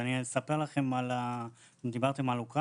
אבל אם דיברתם על אוקראינה,